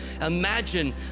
imagine